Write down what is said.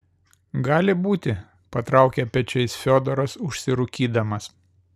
gali būti patraukė pečiais fiodoras užsirūkydamas